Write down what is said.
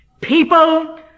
People